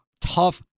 tough